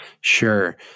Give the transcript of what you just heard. Sure